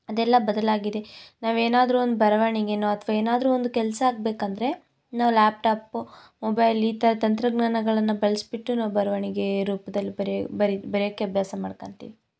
ಅದೆಲ್ಲ ಬದಲಾಗಿದೆ ನಾವು ಏನಾದರು ಒಂದು ಬರವಣಿಗೆನೋ ಅಥ್ವ ಏನಾದರು ಒಂದು ಕೆಲಸ ಆಗಬೇಕಂದ್ರೆ ನಾವು ಲ್ಯಾಪ್ಟಾಪ್ ಮೊಬೈಲ್ ಈ ಥರ ತಂತ್ರಜ್ಞಾನಗಳನ್ನು ಬಳಸಿ ಬಿಟ್ಟು ನಾವು ಬರವಣಿಗೆ ರೂಪ್ದಲ್ಲಿ ಬರೆ ಬರಿ ಬರೆಯೋಕ್ಕೆ ಅಭ್ಯಾಸ ಮಾಡ್ಕೊಂತಿವಿ